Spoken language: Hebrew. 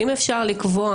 האם אפשר לקבוע